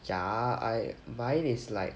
ya I mine is like